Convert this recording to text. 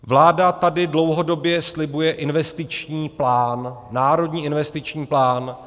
Vláda tady dlouhodobě slibuje investiční plán, Národní investiční plán.